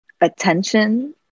attention